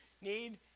need